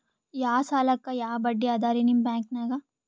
ಯಾ ಸಾಲಕ್ಕ ಯಾ ಬಡ್ಡಿ ಅದರಿ ನಿಮ್ಮ ಬ್ಯಾಂಕನಾಗ?